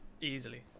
Easily